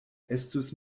estus